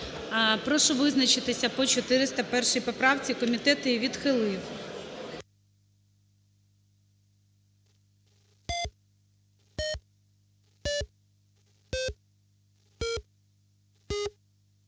Прошу визначитися по 401 поправці. Комітет її відхилив.